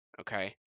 okay